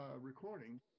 recording